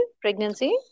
Pregnancy